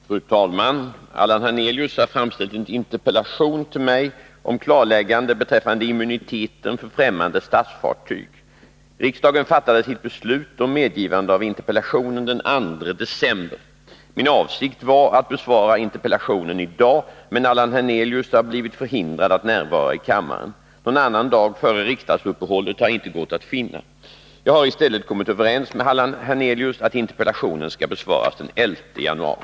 Fru talman! Allan Hernelius har framställt en interpellation till mig om klarläggande beträffande immuniteten för främmande statsfartyg. Riksdagen fattade sitt beslut om medgivande av interpellationen den 2 december. Min avsikt var att besvara interpellationen i dag, men Allan Hernelius har blivit förhindrad att närvara i kammaren. Någon annan dag före riksdagsuppehållet har inte gått att finna. Jag har i stället kommit överens med Allan Hernelius att interpellationen skall besvaras den 11 januari.